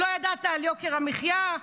לא ידעת על יוקר המחיה,